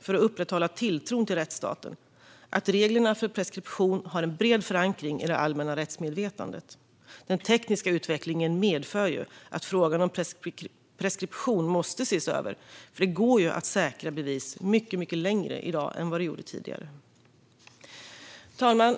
För att upprätthålla tilltron till rättsstaten är det viktigt att reglerna för preskription har en bred förankring i det allmänna rättsmedvetandet. Den tekniska utvecklingen medför att frågan om preskription för brott måste ses över. Det går att säkra bevis under mycket längre tid i dag än tidigare. Fru talman!